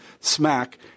Smack